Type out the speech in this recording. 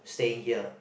staying here